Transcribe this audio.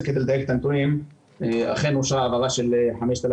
כדי לדייק את הנתונים: אכן אושרה העברה של 5,000,